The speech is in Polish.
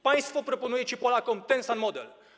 Państwo proponujecie Polakom ten sam model.